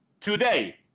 Today